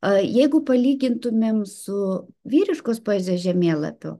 jeigu palygintumėm su vyriškos poezijos žemėlapiu